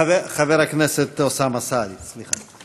חבר הכנסת אוסאמה סעדי, סליחה.